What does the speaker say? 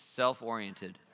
self-oriented